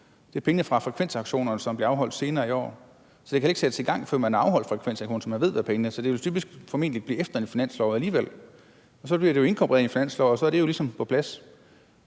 fra pengene fra frekvensauktionerne, som bliver afholdt senere i år, så det kan heller ikke sættes i gang, før man har afholdt frekvensauktionerne, så vi ved, hvad beløbet er. Så det vil formentlig alligevel blive efter en finanslov, og så bliver det jo inkorporeret i en finanslov, og så er det ligesom på plads.